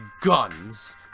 guns